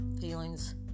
feelings